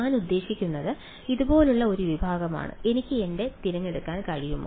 ഞാൻ ഉദ്ദേശിക്കുന്നത് ഇതുപോലുള്ള ഒരു വിഭാഗമാണ് എനിക്ക് എന്റെ തിരഞ്ഞെടുക്കാൻ കഴിയുമോ